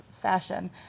fashion